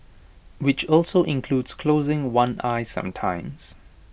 which also includes closing one eye sometimes